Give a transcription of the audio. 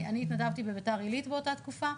אני התנדבתי בביתר עילית באותה תקופה,